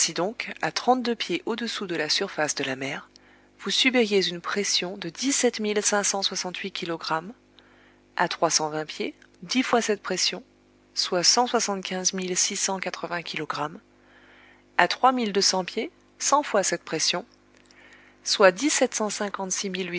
donc à trente-deux pieds au-dessous de la surface de la mer vous subiriez une pression de dix-sept mille cinq cent soixante-huit kilogrammes à trois cent vingt pieds dix fois cette pression soit cent soixante-quinze mille six cent quatre-vingt kilogrammes à trois mille deux cents pieds cent fois cette pression soit